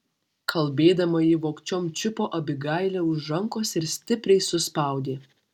kalbėdama ji vogčiom čiupo abigailę už rankos ir stipriai suspaudė